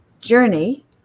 journey